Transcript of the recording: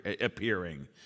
appearing